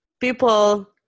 people